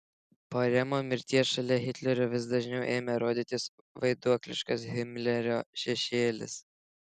po remo mirties šalia hitlerio vis dažniau ėmė rodytis vaiduokliškas himlerio šešėlis